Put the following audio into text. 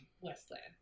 westland